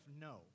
no